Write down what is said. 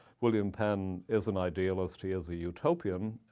william penn is an idealist. he is a utopian.